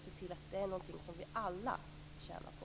Det är någonting som vi alla tjänar på.